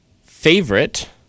favorite